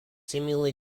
seemingly